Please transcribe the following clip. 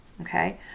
okay